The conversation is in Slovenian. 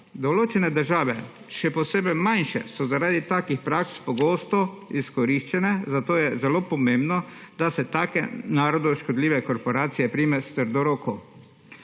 Določene države, še posebej manjše, so zaradi takih praks pogosto izkoriščene, zato je zelo pomembno, da se take narodu škodljive korporacije prime s trdo roko.